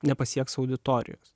nepasieks auditorijos